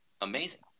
Amazing